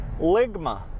Ligma